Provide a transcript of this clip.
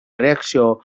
reacció